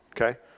okay